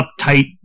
uptight